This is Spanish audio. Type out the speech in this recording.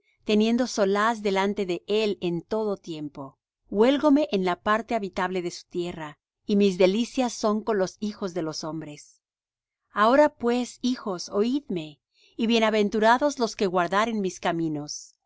teniendo solaz delante de él en todo tiempo huélgome en la parte habitable de su tierra y mis delicias son con los hijos de los hombres ahora pues hijos oidme y bienaventurados los que guardaren mis caminos